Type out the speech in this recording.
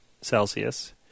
Celsius